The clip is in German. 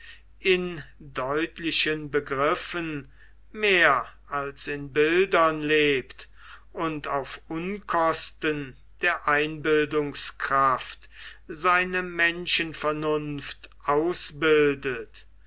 in deutlichen begriffen mehr als in bildern lebt und auf unkosten der einbildungskraft seine menschenvernunft ausbildet